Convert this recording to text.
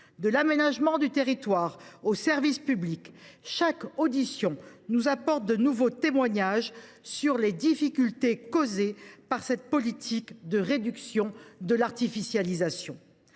de l’aménagement du territoire ou des services publics, chaque audition nous a fourni de nouveaux témoignages sur les difficultés causées par cette politique de réduction de l’artificialisation.